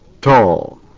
tall